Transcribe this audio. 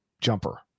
jumper